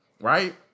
right